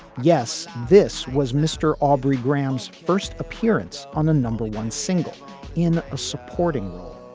yes, this was mr. aubrey graham's first appearance on a number one single in a supporting role